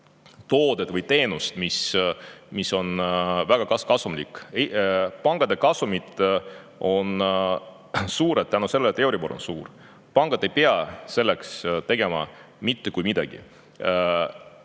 toote või teenuse, mis on väga kasumlik. Pankade kasumid on suured tänu sellele, et euribor on [kõrge]. Pangad ei pea selleks tegema mitte kui midagi.